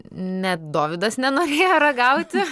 net dovydas nenorėjo ragauti